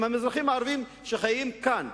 האזרחים הערבים שגרים כאן,